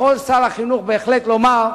יכול שר החינוך בהחלט לומר: